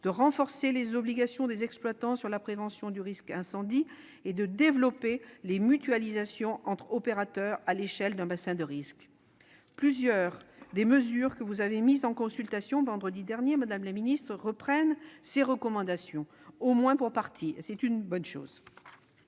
le renforcement des obligations des exploitants en matière de prévention du risque incendie et le développement des mutualisations entre opérateurs à l'échelle d'un bassin de risque. Plusieurs des mesures que vous avez soumises à consultation vendredi dernier, madame la ministre, reprennent ces recommandations, au moins pour partie. C'est une bonne chose.